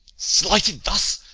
slighted thus!